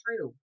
true